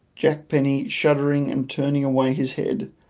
jack penny shuddering and turning away his head,